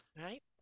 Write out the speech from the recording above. Right